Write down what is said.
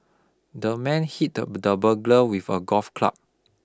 the man hit the the burglar with a golf club